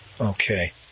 Okay